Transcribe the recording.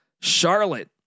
Charlotte